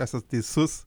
esat teisus